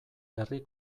herri